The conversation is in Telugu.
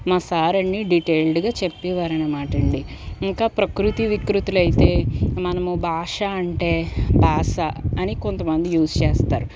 మా సార్ అన్ని డీటెయిల్డ్గా చెప్పేవారు అనమాట అండి ఇంకా పకృతి వికృతులు అయితే మనం భాష అంటే బాస అని కొంతమంది యూజ్ చేస్తారు